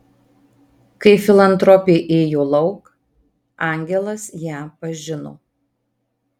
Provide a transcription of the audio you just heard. kai filantropė ėjo lauk angelas ją pažino